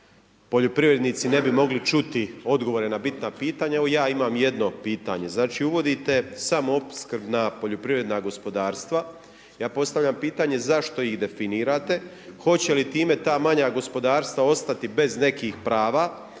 Poljoprivrednici ne bi mogli čuti odgovore na bitna pitanja. Evo ja imam jedno pitanje, znači uvodite samoopskrbna poljoprivredna gospodarstva, ja postavljam pitanje zašto ih definirate, hoće li time ta manja gospodarstva ostati bez nekih prava